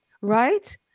right